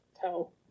tell